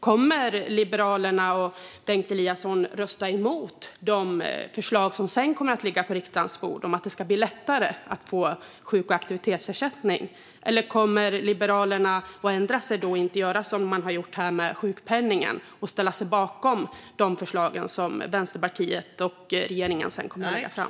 Kommer Liberalerna och Bengt Eliasson att rösta emot de förslag som sedan kommer att ligga på riksdagens bord om att det ska bli lättare att få sjuk och aktivitetsersättning, eller kommer Liberalerna att ändra sig och ställa sig bakom de förslag som Vänsterpartiet och regeringen kommer att lägga fram?